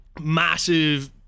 massive